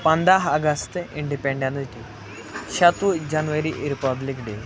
پَنٛداہ اَگستہٕ Independence Day شَتہٕ وُہ جَنؤری رِپَبلِک ڈے